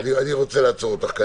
אני רוצה לעצור אותך כאן,